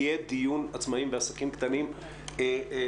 יהיה דיון עצמאים ועסקים קטנים נפרד,